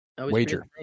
wager